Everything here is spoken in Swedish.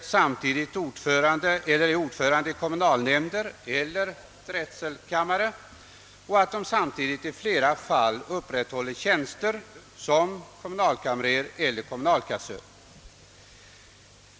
samtidigt är ordförande i kommunalnämnder eller drätselkammare och att de i flera fall upprätthåller tjänster som kommunalkamrer eller kommunalkassör.